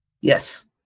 Yes